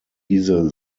diese